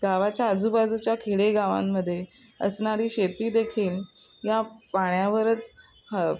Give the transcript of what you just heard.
गावाच्या आजूबाजूच्या खेडेगावांमध्ये असणारी शेतीदेखील या पाण्यावरच ह